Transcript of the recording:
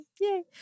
Yay